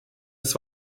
ist